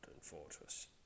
fortress